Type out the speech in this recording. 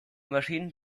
maschinen